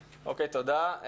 תודה.